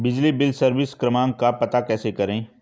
बिजली bill service क्रमांक का पता कैसे करें?